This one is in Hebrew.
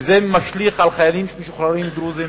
וזה משליך על חיילים משוחררים דרוזים